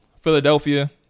Philadelphia